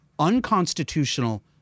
Unconstitutional